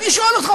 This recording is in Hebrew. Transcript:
אני שואל אותך,